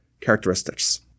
characteristics